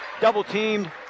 Double-teamed